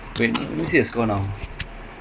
the only unbeaten one in the bundes league ah